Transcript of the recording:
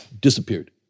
disappeared